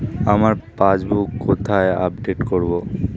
আমার পাসবুক কোথায় আপডেট করব?